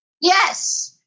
yes